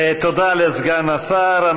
תודה לסגן השר.